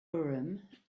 urim